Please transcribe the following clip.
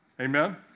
Amen